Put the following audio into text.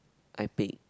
I pick